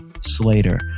Slater